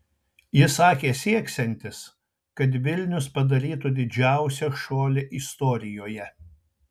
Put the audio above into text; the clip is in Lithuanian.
jis sakė sieksiantis kad vilnius padarytų didžiausią šuolį istorijoje